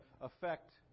affect